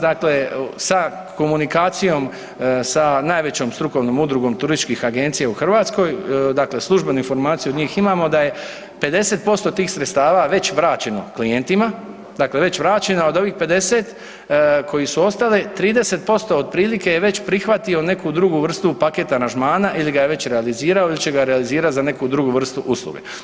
Dakle, sa komunikacijom sa najvećom strukovnom udrugom turističkih agencija u Hrvatskoj dakle službenu informaciju od njih imamo da je 50% tih sredstava već vraćeno klijentima, dakle već vraćeno a od ovih 50 koji su ostali 30% otprilike je prihvatio neku drugu vrstu paket aranžmana ili ga je već realizirao ili će ga realizirati za neku drugu vrstu usluge.